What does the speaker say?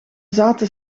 zaten